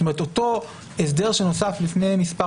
זאת אומרת שאותו הסדר שנוסף לפני מספר